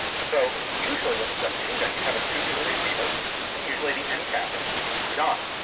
so, usually with a submachine gun, you'd have a tubular receiver and usually the end cap is screwed on.